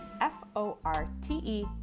F-O-R-T-E